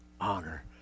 honor